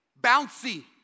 Bouncy